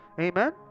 amen